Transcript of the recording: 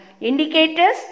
Indicators